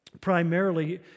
primarily